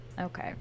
Okay